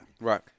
Right